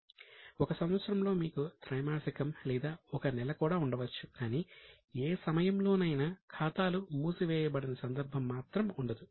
1 సంవత్సరంలో మీకు త్రైమాసికం లేదా ఒక నెల కూడా ఉండవచ్చు కానీ ఏ సమయంలోనైనా ఖాతాలు మూసివేయబడని సందర్భం మాత్రం ఉండదు